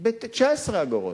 ב-19 אגורות.